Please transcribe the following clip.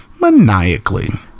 maniacally